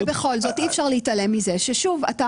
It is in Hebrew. ובכל זאת אי אפשר להתעלם מזה ששוב יש